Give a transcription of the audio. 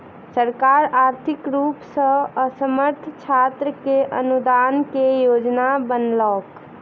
सरकार आर्थिक रूप सॅ असमर्थ छात्र के अनुदान के योजना बनौलक